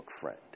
friend